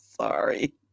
sorry